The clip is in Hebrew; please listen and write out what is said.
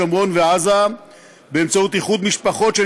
שומרון ועזה באמצעות איחוד משפחות של